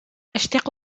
أشتاق